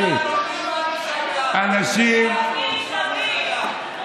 בחשבון מועדי ישראל וערבי מועדי ישראל,